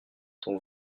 ton